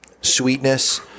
sweetness